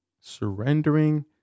surrendering